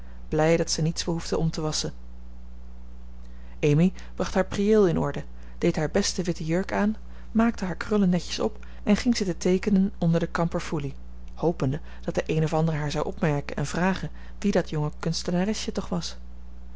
blij dat ze niets behoefde om te wasschen amy bracht haar prieel in orde deed haar beste witte jurk aan maakte haar krullen netjes op en ging zitten teekenen onder de kamperfoelie hopende dat de een of ander haar zou opmerken en vragen wie dat jonge kunstenaresje toch was